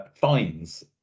fines